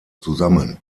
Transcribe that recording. zusammen